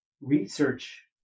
research